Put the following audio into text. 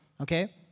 okay